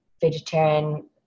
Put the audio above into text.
vegetarian